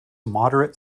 moderate